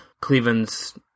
Cleveland's